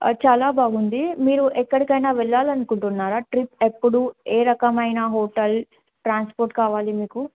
చాలా బాగుంది మీరు ఎక్కడికైనా వెళ్ళాలి అనుకుంటున్నారా ట్రిప్ ఎప్పుడు ఏ రకమైన హోటల్ ట్రాన్స్పోర్ట్ కావాలి మీకు